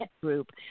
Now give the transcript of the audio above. group